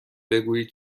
بگویید